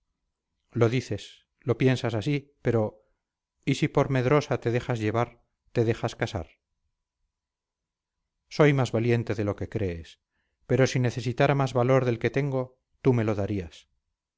lo dices lo piensas así pero y si por medrosa te dejas llevar te dejas casar soy más valiente de lo que crees pero si necesitara más valor del que tengo tú me lo darías